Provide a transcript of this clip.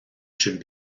should